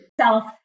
self